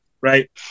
right